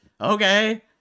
Okay